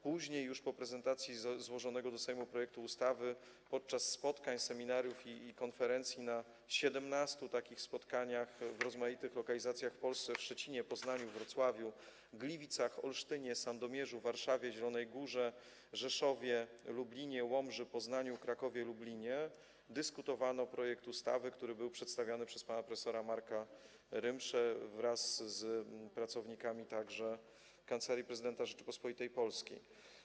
Później już, po prezentacji złożonego do Sejmu projektu ustawy, podczas spotkań, seminariów i konferencji na 17 takich spotkaniach w rozmaitych lokalizacjach w Polsce: Szczecinie, Poznaniu, Wrocławiu, Gliwicach, Olsztynie, Sandomierzu, Warszawie, Zielonej Górze, Rzeszowie, Lublinie, Łomży, Poznaniu, Krakowie, Lublinie, dyskutowano nad projektem ustawy, który był przedstawiany przez pana prof. Marka Rymszę wraz z pracownikami Kancelarii Prezydenta Rzeczypospolitej Polskiej.